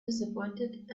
disappointed